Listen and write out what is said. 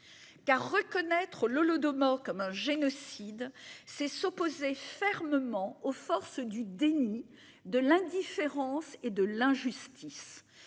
Car reconnaître l'Holodomor comme un génocide, c'est s'opposer fermement aux forces du déni de l'indifférence et de l'injustice.